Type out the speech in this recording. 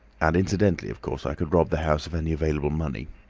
and incidentally of course i could rob the house of any available money.